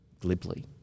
glibly